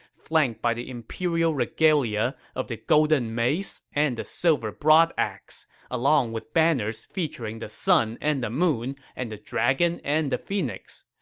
flanked by the imperial regalia of the golden mace and the silver broadaxe, along with banners featuring the sun and the moon and the dragon and phoenix. phoenix.